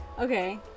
okay